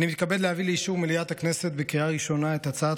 אני מתכבד להביא לאישור מליאת הכנסת בקריאה ראשונה את הצעת